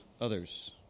others